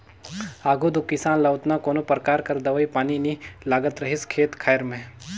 आघु दो किसान ल ओतना कोनो परकार कर दवई पानी नी लागत रहिस खेत खाएर में